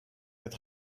het